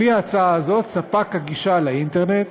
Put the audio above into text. לפי ההצעה הזאת ספק הגישה לאינטרנט